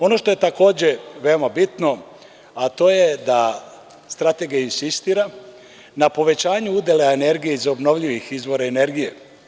Ono što je takođe veoma bitno, a to je da strategija insistira na povećanju udela energije iz obnovljivih izvora energije.